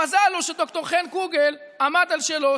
המזל הוא שד"ר חן קוגל עמד על שלו,